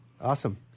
Awesome